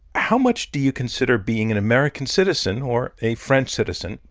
how much do you consider being an american citizen, or a french citizen,